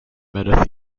meta